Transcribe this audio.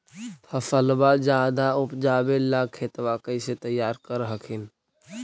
फसलबा ज्यादा उपजाबे ला खेतबा कैसे तैयार कर हखिन?